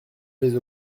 vais